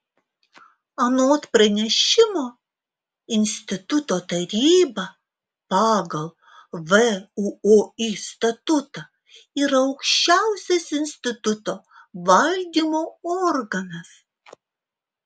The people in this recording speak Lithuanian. anot pranešimo instituto taryba pagal vuoi statutą yra aukščiausias instituto valdymo organas